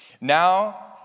Now